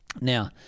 Now